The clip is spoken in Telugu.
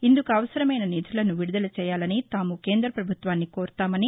ఇందుకు అవసరమైన నిధులను విడుదల చేయాలని తాము కేంద్ర పభుత్వాన్ని కోరతామని